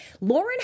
Lauren